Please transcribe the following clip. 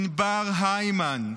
ענבר הימן,